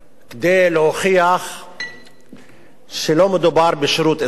כדי להוכיח שלא מדובר בשירות אזרחי.